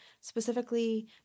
specifically